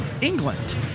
England